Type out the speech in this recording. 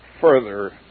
further